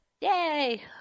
yay